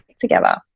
together